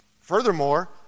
Furthermore